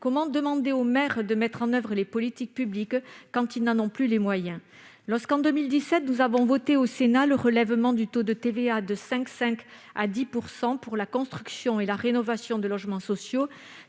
Comment demander aux maires de mettre en oeuvre les politiques publiques quand ils n'en ont plus les moyens ? Lorsqu'en 2017 nous avons voté au Sénat l'augmentation du taux de TVA de 5,5 % à 10 % pour la construction et la rénovation des logements sociaux,